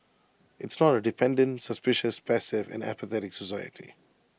it's not A dependent suspicious passive and apathetic society